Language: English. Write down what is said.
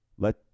Let